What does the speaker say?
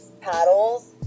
paddles